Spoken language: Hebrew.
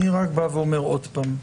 אני רק אומר עוד פעם: